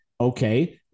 Okay